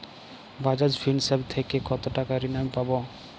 Bajaj Finserv থেকে কতো টাকা ঋণ আমি পাবো?